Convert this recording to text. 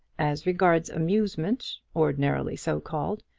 as regards amusement, ordinarily so called,